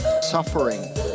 suffering